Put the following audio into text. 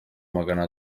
magana